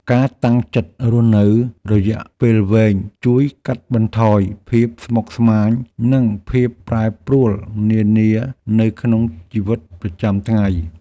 ការតាំងចិត្តរស់នៅរយៈពេលវែងជួយកាត់បន្ថយភាពស្មុគស្មាញនិងភាពប្រែប្រួលនានានៅក្នុងជីវិតប្រចាំថ្ងៃ។